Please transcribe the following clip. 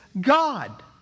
God